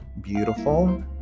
beautiful